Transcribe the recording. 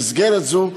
במסגרת זו,